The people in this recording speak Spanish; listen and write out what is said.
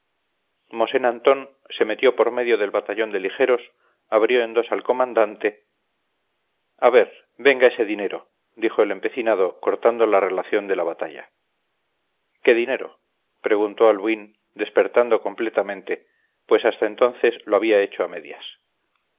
hubieran mosén antón se metió por medio del batallón de ligeros abrió en dos al comandante a ver venga ese dinero dijo el empecinado cortando la relación de la batalla qué dinero preguntó albuín despertando completamente pues hasta entonces lo había hecho a medias